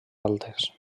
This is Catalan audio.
altes